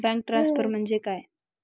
Bank transfer म्हणजे काय?